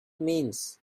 means